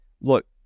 look